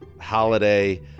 holiday